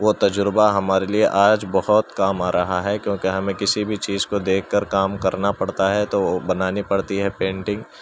وہ تجربہ ہمارے لیے آج بہت کام آ رہا ہے کیوں کہ ہمیں کسی بھی چیز کو دیکھ کر کام کرنا پڑتا ہے تو وہ بنانی پڑتی ہے پینٹنگ